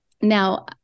Now